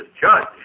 judge